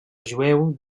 jueu